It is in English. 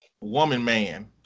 woman-man